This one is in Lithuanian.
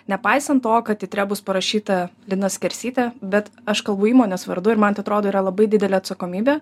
nepaisant to kad titre bus parašyta lina skersytė bet aš kalbu įmonės vardu ir man tai atrodo yra labai didelė atsakomybė